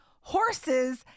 horses